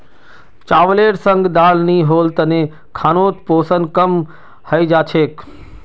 चावलेर संग दाल नी होल तने खानोत पोषण कम हई जा छेक